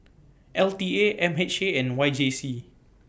L T A M H A and Y J C